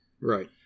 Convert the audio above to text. right